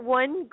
one